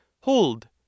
Hold